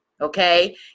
Okay